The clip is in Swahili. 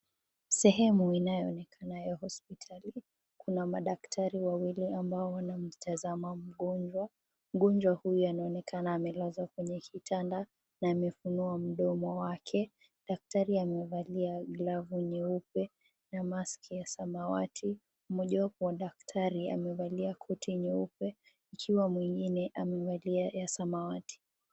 Sehemu inayoonekana ya hospitali. Kuna madaktari wawili ambao wanamtazama mgonjwa. Mgonjwa huyu anaonekana amelala kwenye kitanda na amefunua mdomo wake. Daktari amevalia glavu nyeupe na maski ya samawati. Mmoja wapo na daktari amevalia koti nyeupe ikiwa mwingine amevalia ya samawati.